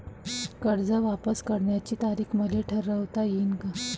कर्ज वापिस करण्याची तारीख मले ठरवता येते का?